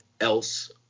else